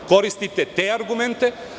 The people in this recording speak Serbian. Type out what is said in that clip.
Koristite te argumente.